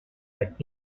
but